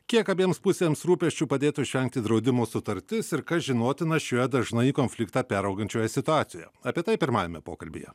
kiek abiems pusėms rūpesčių padėtų išvengti draudimo sutartis ir kas žinotina šioje dažnai konfliktą peraugančioje situacijo apie tai pirmajame pokalbyje